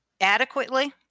adequately